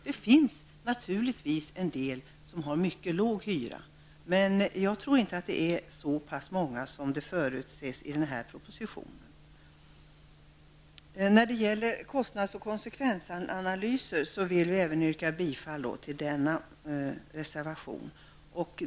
Det finns naturligtvis en del som har mycket låg hyra, men jag tror inte att det är så många som förutsägs i propositionen. Jag vill även yrka bifall till reservationen om kostnads och konsekvensanalyser.